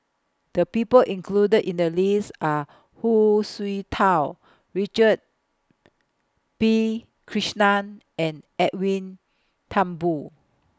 The People included in The list Are Hu Tsu Tau Richard P Krishnan and Edwin Thumboo